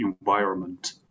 environment